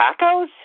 Tacos